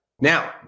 Now